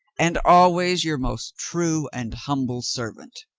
and always your most true and humble servant.